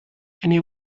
eine